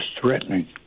threatening